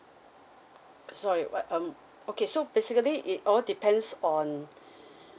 uh sorry what um okay so basically it all depends on